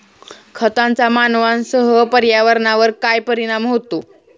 खतांचा मानवांसह पर्यावरणावर काय परिणाम होतो?